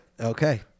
Okay